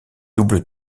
doubles